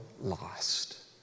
lost